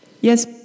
Yes